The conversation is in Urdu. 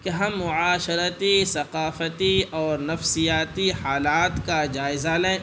کہ ہم معاشرتی ثقافتی اور نفسیاتی حالات کا جائزہ لیں